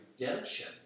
redemption